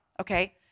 okay